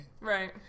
Right